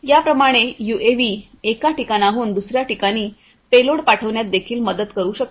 या प्रमाणे यूएव्ही एका ठिकाणाहून दुसर्या ठिकाणी पेलोड पाठविण्यात देखील मदत करू शकतात